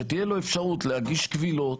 שתהיה לו אפשרות להגיש קבילות